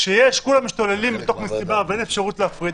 כשכולם משתוללים במסיבה ואין אפשרות להפריד,